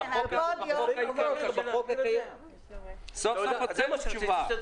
כן --- זה מה שרציתי שתסבירו.